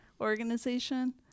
organization